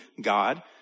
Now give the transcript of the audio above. God